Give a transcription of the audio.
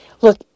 Look